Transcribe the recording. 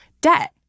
debt